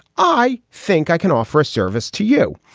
i think i can offer a service to you.